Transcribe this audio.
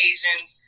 Asians